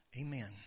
Amen